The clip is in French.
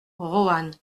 roanne